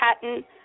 patent